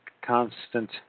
Constant